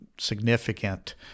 significant